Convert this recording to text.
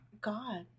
God